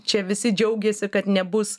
čia visi džiaugėsi kad nebus